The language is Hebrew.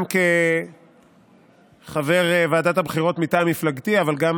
גם כחבר ועדת הבחירות מטעם מפלגתי, אבל גם